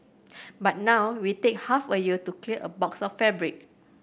but now we take half a year to clear a box of fabric